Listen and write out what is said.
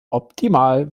optimal